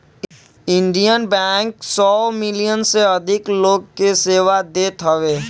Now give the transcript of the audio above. Indian Bank सौ million से अधिक लोग के सेवा देत हवे